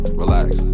relax